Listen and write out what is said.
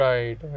Right